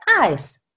eyes